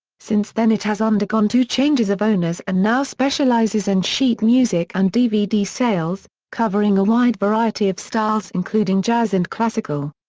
since then it has undergone two changes of owners and now specialises in and sheet music and dvd sales, covering a wide variety of styles including jazz and classical.